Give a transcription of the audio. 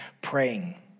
praying